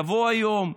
יבוא היום,